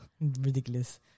Ridiculous